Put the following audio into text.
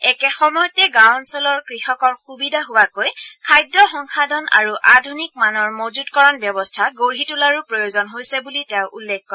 একে সময়তে গাঁও অঞ্চলৰ কৃষকৰ সুবিধা হোৱাকৈ খাদ্য সংসাধন আৰু আধুনিক মানৰ মজুতকৰণ ব্যৱস্থা গঢ়ি তোলাৰো প্ৰয়োজন হৈছে বুলি তেওঁ উল্লেখ কৰে